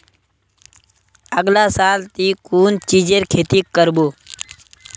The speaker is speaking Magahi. अगला साल ती कुन चीजेर खेती कर्बो